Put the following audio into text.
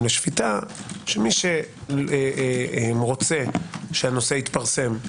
לשפיטה שמי שרוצה שהנושא יתפרסם,